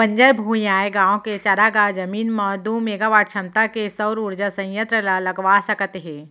बंजर भुइंयाय गाँव के चारागाह जमीन म दू मेगावाट छमता के सउर उरजा संयत्र ल लगवा सकत हे